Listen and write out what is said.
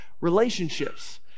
relationships